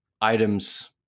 items